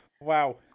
wow